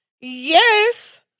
Yes